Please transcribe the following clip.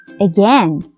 Again